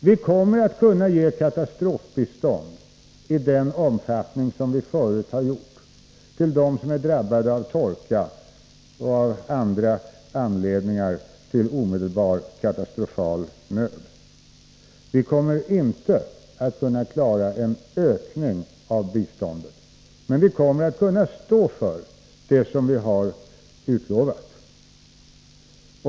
Vi kommer att kunna ge katastrofbistånd i den omfattning som vi förut har gjort till dem som är drabbade av torka och av andra anledningar till omedelbar katastrofal nöd. Vi kommer inte att kunna klara en ökning av biståndet, men vi kommer att kunna stå för det som vi har utlovat.